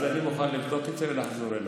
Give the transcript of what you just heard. אז אני מוכן לבדוק את זה ולחזור אלייך.